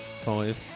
five